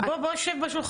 בוודאי.